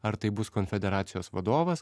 ar tai bus konfederacijos vadovas